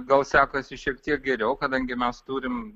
gal sekasi šiek tiek geriau kadangi mes turim